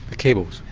the cables.